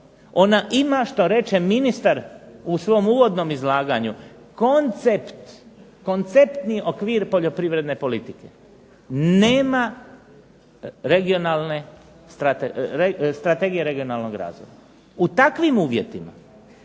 Ona ima šta reče ministar u svom uvodnom izlaganju koncept, konceptni okvir poljoprivredne politike. Nema regionalne, strategije regionalnog razvoja. U takvim uvjetima